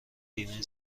بیمه